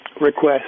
request